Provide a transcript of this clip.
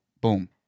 boom